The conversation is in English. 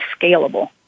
scalable